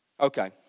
okay